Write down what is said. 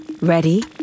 Ready